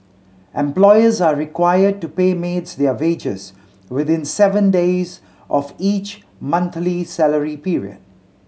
employers are required to pay maids their wages within seven days of each monthly salary period